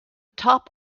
top